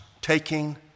Taking